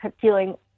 feeling